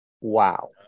wow